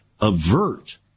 avert